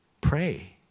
Pray